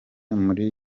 muri